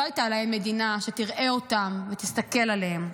לא הייתה להם מדינה שתראה אותם ותסתכל עליהם,